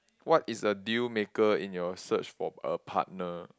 what is a deal maker in your search for a partner